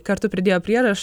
kartu pridėjo prierašą